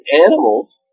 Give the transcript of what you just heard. animals